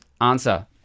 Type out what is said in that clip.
Answer